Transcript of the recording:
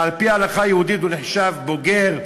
שאז על-פי ההלכה היהודית הוא נחשב בוגר,